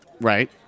Right